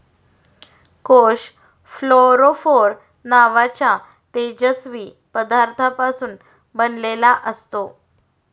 कोष फ्लोरोफोर नावाच्या तेजस्वी पदार्थापासून बनलेला असतो